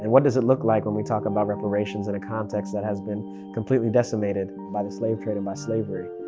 and what does it look like when we talk about reparations in a context that has been completely decimated by the slave trade. and by slavery.